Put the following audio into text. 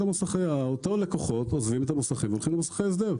אותם לקוחות עוזבים את המוסכים והולכים למוסכי הסדר.